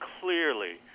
clearly